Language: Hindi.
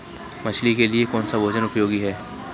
मछली के लिए कौन सा भोजन उपयोगी है?